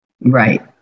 Right